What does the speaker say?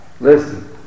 Listen